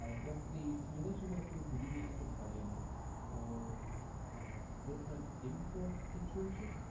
ah does the simulation go through houdini engine plugin or a different import situation?